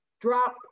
drop